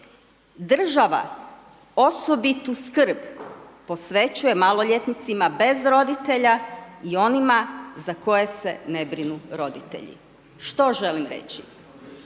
Država osobitu skrb posvećuje maloljetnicima bez roditeljima i onima za koje se ne brinu roditelji. Što želim reći?